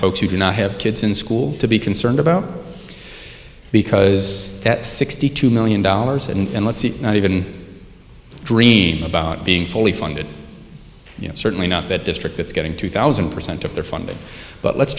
folks who do not have kids in school to be concerned about because at sixty two million dollars and let's not even dream about being fully funded you know certainly not that district that's getting two thousand percent of their funding but let's